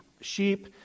sheep